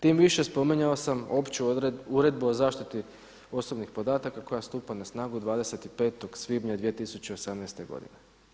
Tim više spominjao sam Opću uredbu o zaštiti osobnih podataka koja stupa na snagu 25. svibnja 2018. godine.